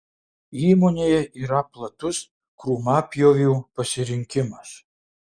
įmonėje yra platus krūmapjovių pasirinkimas